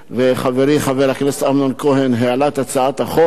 וחברי חבר הכנסת אמנון כהן העלה את הצעת החוק,